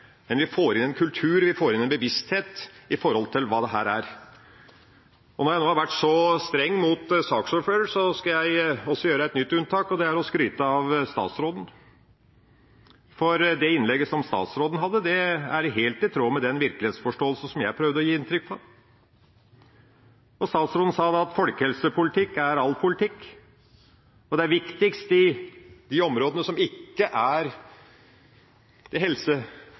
Vi får inn en kultur og en bevissthet om hva dette er. Nå som jeg har vært så streng mot saksordføreren, skal jeg gjøre et nytt unntak, og det er å skryte av statsråden. For det innlegget statsråden hadde, er helt i tråd med den virkelighetsforståelse som jeg prøvde å gi inntrykk av. Statsråden sa at folkehelsepolitikk er all politikk, og det er viktigst i de områdene som ikke er helserelaterte. Statsråden sa det